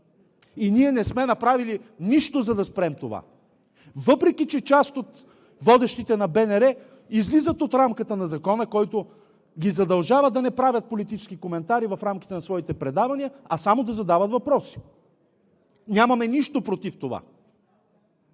Ние не сме направили нищо, за да спрем това, въпреки че част от водещите на БНР излизат от рамката на Закона, който ги задължава да не правят политически коментари в рамките на своите предавания, а само да задават въпроси. Нямаме нищо против това!